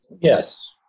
Yes